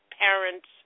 parents